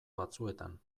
batzuetan